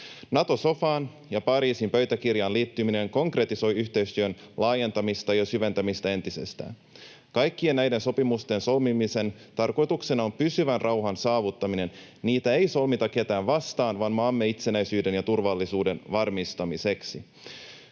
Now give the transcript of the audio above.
Nato-sofaan ja Pariisin pöytäkirjaan liittyminen konkretisoi yhteistyön laajentamista ja syventämistä entisestään. Kaikkien näiden sopimusten solmimisen tarkoituksena on pysyvän rauhan saavuttaminen. Niitä ei solmita ketään vastaan, vaan maamme itsenäisyyden ja turvallisuuden varmistamiseksi.